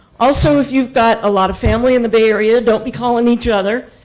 also, if you've got a lot of family in the bay area, don't be calling each other.